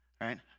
right